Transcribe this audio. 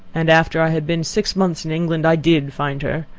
and after i had been six months in england, i did find her.